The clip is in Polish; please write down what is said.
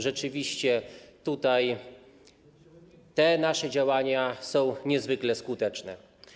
Rzeczywiście tutaj te nasze działania są niezwykle skuteczne.